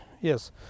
Yes